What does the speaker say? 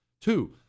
Two